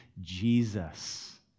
Jesus